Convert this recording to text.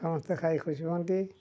ସମସ୍ତେ ଖାଇ ଖୁସି ହୁଅନ୍ତି